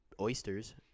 oysters